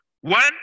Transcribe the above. one